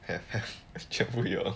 have have 全部有